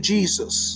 Jesus